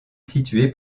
situé